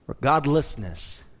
godlessness